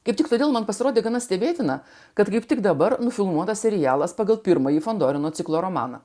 kaip tik todėl man pasirodė gana stebėtina kad kaip tik dabar nufilmuotas serialas pagal pirmąjį fondo ciklo romaną